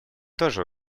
тоже